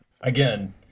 again